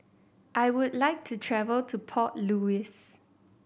I would like to travel to Port Louis